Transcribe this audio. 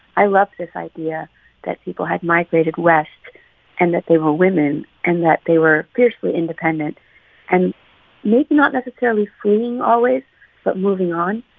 i love this idea that people have migrated west and that they were women and that they were fiercely independent and maybe not necessarily fleeing always but moving on.